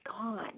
gone